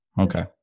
Okay